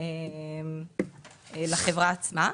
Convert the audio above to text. לחברה עצמה.